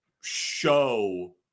show